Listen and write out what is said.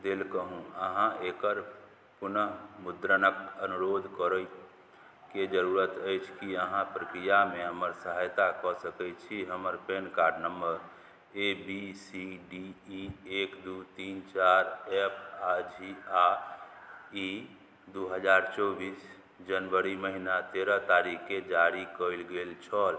देलहुँ अहाँ एकर पुनः मुद्रणके अनुरोध करैके जरूरत अछि कि अहाँ प्रक्रियामे हमर सहायता कऽ सकै छी हमर card number A B C D E एक दुइ तीन चारि एफ आओर जी आओर ई दुइ हजार चौबिस जनवरी महिना तेरह तारिखके जारी कएल गेल छल